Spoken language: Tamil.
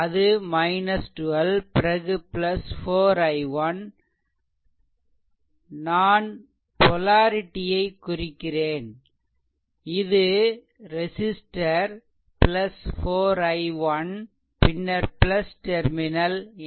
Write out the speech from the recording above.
அது 12 பிறகு 4 i1 நான் பொலரிடியை குறிக்கிறேன் இது ரெசிஸ்ட்டர் 4 i1 பின்னர் டெர்மினல் எனவே v1 0